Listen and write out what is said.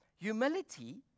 Humility